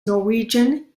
norwegian